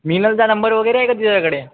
मिनलचा number वगैरे आहे का तुझ्याकडे